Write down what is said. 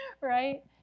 Right